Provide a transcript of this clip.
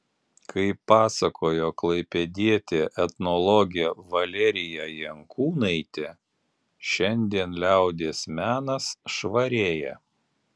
kaip pasakojo klaipėdietė etnologė valerija jankūnaitė šiandien liaudies menas švarėja